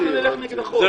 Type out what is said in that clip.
אנחנו נלך נגד החוק.